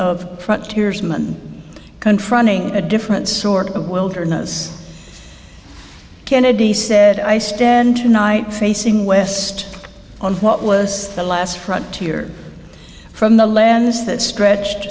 man confronting a different sort of wilderness kennedy said i stand tonight facing west on what was the last frontier from the lands that stretch